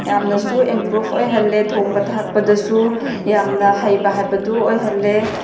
ꯌꯥꯝꯅꯁꯨ ꯑꯦꯝꯄ꯭ꯔꯨꯞ ꯑꯣꯏꯍꯜꯂꯦ ꯊꯣꯡꯕ ꯊꯥꯛꯄꯗꯁꯨ ꯌꯥꯝꯅ ꯍꯩꯕ ꯍꯥꯏꯕꯗꯣ ꯑꯣꯏꯍꯜꯂꯦ